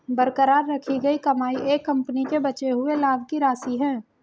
बरकरार रखी गई कमाई एक कंपनी के बचे हुए लाभ की राशि है